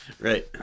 Right